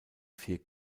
vier